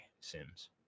Sims